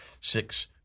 six